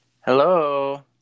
Hello